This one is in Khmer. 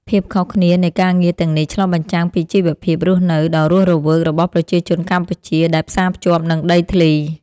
ភាពខុសគ្នានៃការងារទាំងនេះឆ្លុះបញ្ចាំងពីជីវភាពរស់នៅដ៏រស់រវើករបស់ប្រជាជនកម្ពុជាដែលផ្សារភ្ជាប់នឹងដីធ្លី។